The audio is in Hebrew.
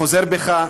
אתה חוזר בך?